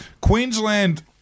Queensland